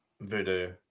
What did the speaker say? voodoo